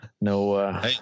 No